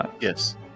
Yes